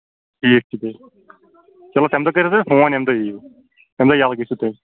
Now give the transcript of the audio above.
ٹھیٖک چھُ تیٚلہِ چلو تَمہِ دۄہ کٔرۍزیٚو تُہۍ فون ییٚمہِ دۄہ یِیو ییٚمہِ دۄہ یلہٕ گٔژھِو تُہۍ